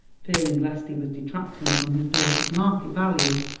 fearing lest he was detracting from his daughter's market value.